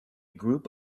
group